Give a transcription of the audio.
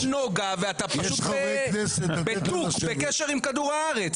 נגה ואתה פשוט בטוק בקשר עם כדור הארץ.